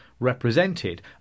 Represented